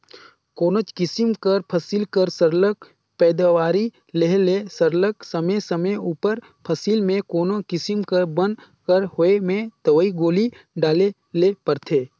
कोनोच किसिम कर फसिल कर सरलग पएदावारी लेहे ले सरलग समे समे उपर फसिल में कोनो किसिम कर बन कर होए में दवई गोली डाले ले परथे